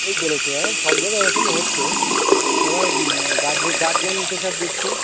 ঠিক বলেছে এখন সব জায়গায় এরকমই হচ্ছে সবাই গার্জে গার্জেন প্রেশার দিচ্ছে